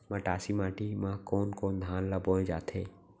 मटासी माटी मा कोन कोन धान ला बोये जाथे?